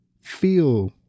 feel